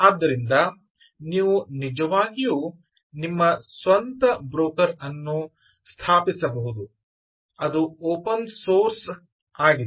ಆದ್ದರಿಂದ ನೀವು ನಿಜವಾಗಿಯೂ ನಿಮ್ಮ ಸ್ವಂತ ಬ್ರೋಕರ್ ಅನ್ನು ಸ್ಥಾಪಿಸಬಹುದು ಅದು ಓಪನ್ ಸೋರ್ಸ್ ಆಗಿದೆ